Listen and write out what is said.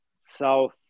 South